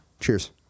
cheers